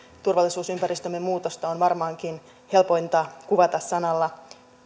turvallisuusympäristömme muutosta on varmaankin helpointa kuvata sanoilla